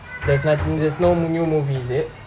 there's nothing there's no new movie is it